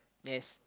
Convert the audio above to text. yes